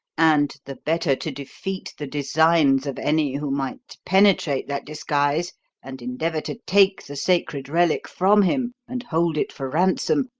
and, the better to defeat the designs of any who might penetrate that disguise and endeavour to take the sacred relic from him and hold it for ransom,